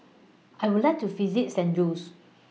I Would like to visit San Jose